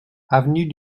avenue